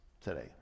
today